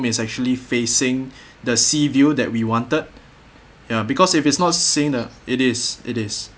~m is actually facing the sea view that we wanted ya because if it's not seeing the it is it is